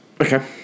Okay